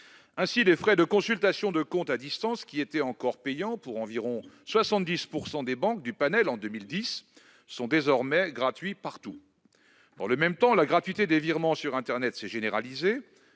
Ainsi, les frais de consultation de compte à distance, qui étaient encore payants pour environ 70 % des banques du panel en 2010, sont désormais gratuits partout. Dans le même temps, la gratuité des virements sur internet s'est généralisée,